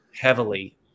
heavily